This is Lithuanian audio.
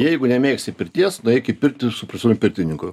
jeigu nemėgsti pirties nueik į pirtį su profesionaliu pirtininku